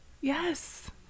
yes